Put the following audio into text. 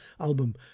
album